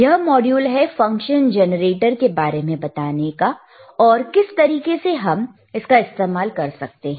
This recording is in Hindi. यह मॉड्यूल है फंक्शन जनरेटर के बारे में बताने का और किस तरीके से हम इसका इस्तेमाल कर सकते हैं